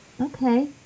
okay